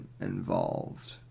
involved